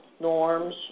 norms